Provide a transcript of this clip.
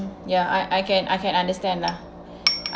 ya I I can I can understand lah I